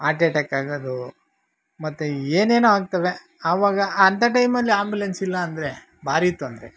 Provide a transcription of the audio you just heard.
art attack ಆಗೋದು ಮತ್ತು ಏನೇನೋ ಆಗ್ತವೆ ಅವಾಗ ಅಂಥ ಟೈಮಲ್ಲಿ ಆಂಬುಲೆನ್ಸ್ ಇಲ್ಲ ಅಂದರೆ ಭಾರೀ ತೊಂದರೆ